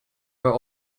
were